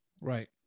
Right